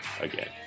again